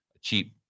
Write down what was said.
cheap